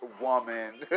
woman